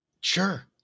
Sure